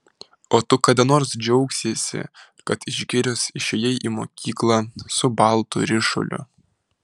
o tu kada nors džiaugsiesi kad iš girios išėjai į mokyklą su baltu ryšuliu